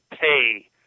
pay